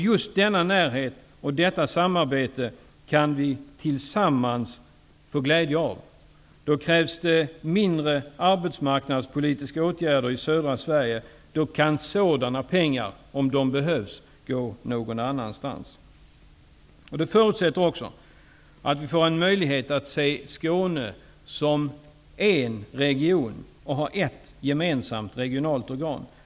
Just denna närhet och detta samarbete kan vi tillsammans få glädje av. Då krävs det mindre av arbetsmarknadspolitiska åtgärder i södra Sverige. Pengar till arbetsmarknadspolitiska åtgärder, om det skulle behövas sådana, kan gå någon annanstans. Detta förutsätter att vi får en möjlighet att se Skåne som en region och ha ett gemensamt regionalt organ.